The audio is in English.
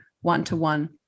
one-to-one